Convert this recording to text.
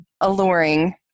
alluring